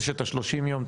זה שאת השלושים יום,